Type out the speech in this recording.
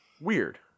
Weird